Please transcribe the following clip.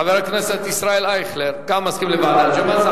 חבר הכנסת ישראל אייכלר, גם מסכים לוועדה.